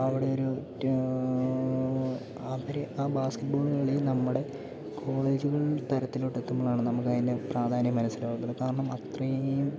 അവിടെയൊരു അവര് ആ ബാസ്കറ്റ് ബോളുകളി നമ്മുടെ കോളേജുകളിൽ തരത്തിലോട്ടെത്തുമ്പളാണ് നമുക്കതിൻ്റെ പ്രാധാന്യം മനസ്സിലാവുന്നത് കാരണം അത്രയും